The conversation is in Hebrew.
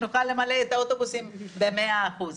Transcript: שנוכל למלא את האוטובוסים במאה אחוז.